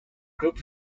group